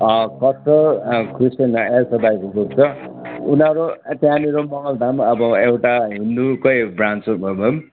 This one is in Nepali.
कठोर क्रिश्चयन एलसेदाई उनीहरू त्यहाँनिर मङ्गलधाम अब एउटा हिन्दूकै ब्रान्च हो